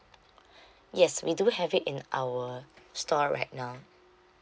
yes we do have it in our store right now